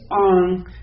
on